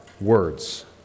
words